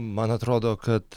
man atrodo kad